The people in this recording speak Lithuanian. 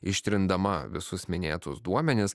ištrindama visus minėtus duomenis